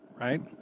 right